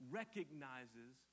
recognizes